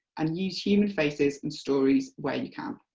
and use human faces and stories where you can.